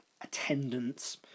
attendance